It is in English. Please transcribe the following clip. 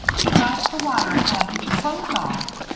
keep out of the water until i get your clothes off.